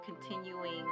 continuing